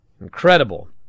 Incredible